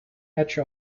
edge